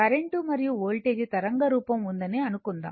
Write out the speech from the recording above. current మరియు voltage తరంగ రూపం ఉందని అనుకుందాం